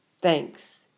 Thanks